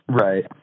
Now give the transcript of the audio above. Right